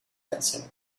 answered